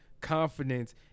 confidence